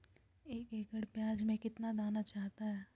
एक एकड़ प्याज में कितना दाना चाहता है?